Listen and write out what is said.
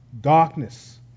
darkness